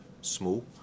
small